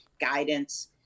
guidance